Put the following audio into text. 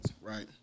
right